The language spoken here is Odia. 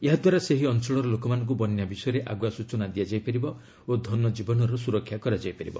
ଏହାଦ୍ୱାରା ସେହି ଅଞ୍ଚଳର ଲୋକମାନଙ୍କୁ ବନ୍ୟା ବିଷୟରେ ଆଗୁଆ ସୂଚନା ଦିଆଯାଇପାରିବ ଓ ଧନଜୀବନର ସୁରକ୍ଷା କରାଯାଇପାରିବ